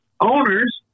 owners